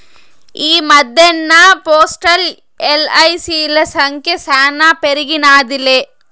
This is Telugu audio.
ఈ మద్దెన్న పోస్టల్, ఎల్.ఐ.సి.ల సంఖ్య శానా పెరిగినాదిలే